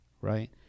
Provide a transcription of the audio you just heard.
right